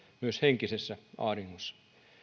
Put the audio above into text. myös henkisessä ahdingossa